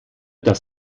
das